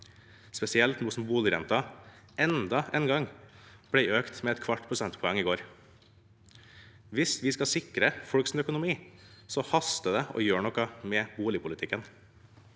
spesielt nå som boligrenten enda en gang ble økt med et kvart prosentpoeng i går. Hvis vi skal sikre folks økonomi, haster det å gjøre noe med boligpolitikken.